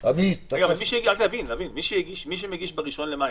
את --- מי שמגיש ב-1 במאי,